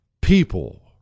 People